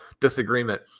disagreement